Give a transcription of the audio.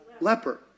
leper